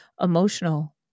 emotional